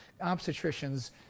obstetricians